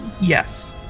yes